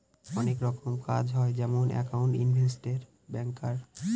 অনেক রকমের কাজ হয় যেমন একাউন্ট, ইনভেস্টর, ব্যাঙ্কার